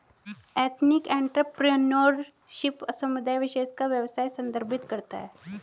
ethnic entrepreneurship समुदाय विशेष का व्यवसाय संदर्भित करता है